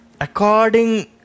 according